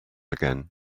again